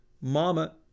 Mama